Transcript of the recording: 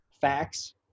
facts